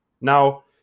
Now